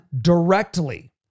directly